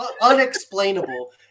unexplainable